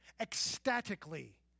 Ecstatically